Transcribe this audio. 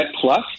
plus